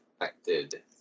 affected